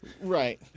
Right